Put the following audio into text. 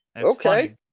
Okay